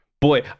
Boy